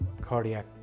cardiac